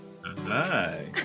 Hi